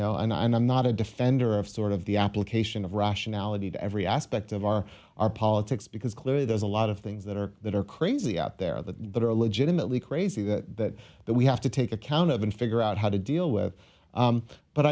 know and i'm not a defender of sort of the application of rationality to every aspect of our our politics because clearly there's a lot of things that are that are crazy out there that are legitimately crazy that that we have to take account of and figure out how to deal with